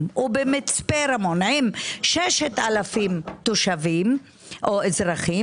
ובמצפה רמון עם 6,000 תושבים או אזרחים,